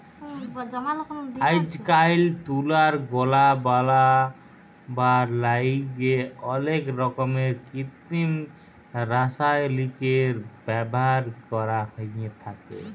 আইজকাইল তুলার গলা বলাবার ল্যাইগে অলেক রকমের কিত্তিম রাসায়লিকের ব্যাভার ক্যরা হ্যঁয়ে থ্যাকে